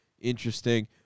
interesting